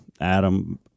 Adam